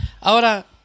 Ahora